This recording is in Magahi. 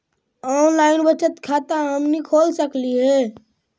ऑनलाइन बचत खाता हमनी खोल सकली हे?